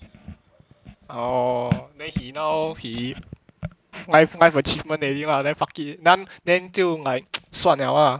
orh then he now he life life achievement already lah then fuck it then 就 like 算了 lah